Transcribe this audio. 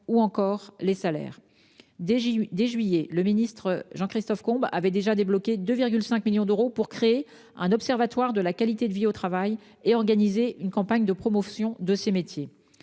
ou encore sur les salaires. Dès le mois de juillet dernier, mon collègue Jean-Christophe Combe a débloqué 2,5 millions d'euros pour créer un observatoire de la qualité de vie au travail et organiser une campagne de promotion de ces métiers.